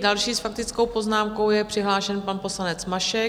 Další s faktickou poznámkou je přihlášen pan poslanec Mašek.